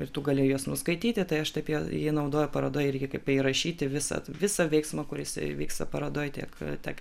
ir tu gali juos nuskaityti tai aš taip jį jį naudoju parodoje irgi tai įrašyti visą visą veiksmą kuris vyksta parodoj tiek tiek